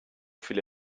viele